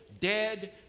dead